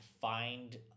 find